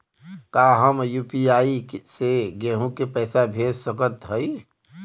का हम यू.पी.आई से केहू के पैसा भेज सकत हई?